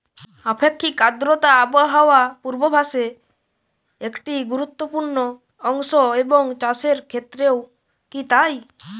আপেক্ষিক আর্দ্রতা আবহাওয়া পূর্বভাসে একটি গুরুত্বপূর্ণ অংশ এবং চাষের ক্ষেত্রেও কি তাই?